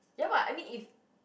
ya [what] I mean if